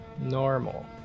normal